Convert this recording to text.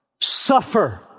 suffer